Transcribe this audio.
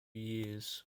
years